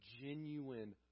genuine